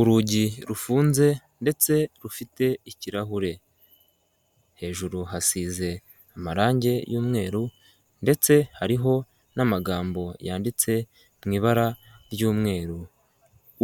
Urugi rufunze ndetse rufite ikirahure, hejuru hasize amarangi y'umweru, ndetse hariho n'amagambo yanditse mu ibara ry'umweru